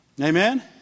Amen